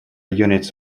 units